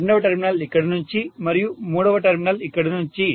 రెండవ టెర్మినల్ ఇక్కడి నుంచి మరియు మూడవ టెర్మినల్ ఇక్కడినుంచి